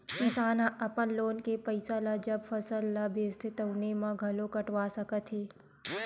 किसान ह अपन लोन के पइसा ल जब फसल ल बेचथे तउने म घलो कटवा सकत हे